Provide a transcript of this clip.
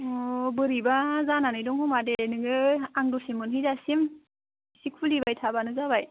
अ' बोरैबा जानानै दं होमबा दे नोङो आं दसे मोनहै जासिम एसे खुलिबाय थाबानो जाबाय